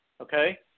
Okay